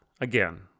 Again